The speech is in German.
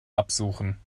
absuchen